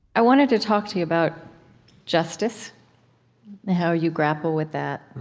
i wanted to talk to you about justice and how you grapple with that